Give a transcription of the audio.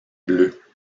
bleu